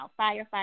firefighter